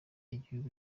igihugu